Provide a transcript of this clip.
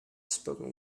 spoken